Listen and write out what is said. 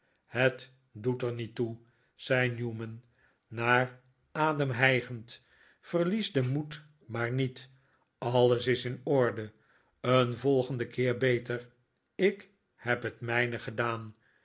het doet er niet toe zei newman naar adem hijgend verlies den moed maar niet alles is in orde een volgenden keer beter ik heb het mijne gedaan